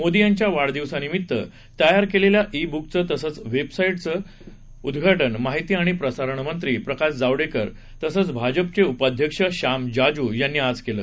मोदी यांच्या वाढदिवसानिमित्त तयार केलेल्या ई बुकचं तसंच वेबसाईटचं उद्घाटन माहिती आणि प्रसारण मंत्री प्रकाश जावडेकर तसंच भाजपचे उपाध्यक्ष श्याम जाजू यांनी आज केलं